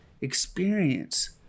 experience